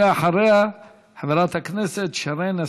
ואחריה, חברת הכנסת שרן השכל.